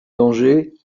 dangers